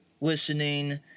listening